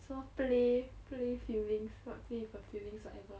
说 play play feelings what play with her feelings whatever